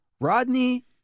Rodney